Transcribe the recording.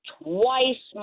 twice